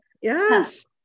Yes